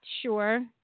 Sure